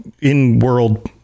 in-world